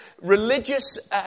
religious